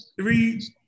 Three